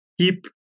keep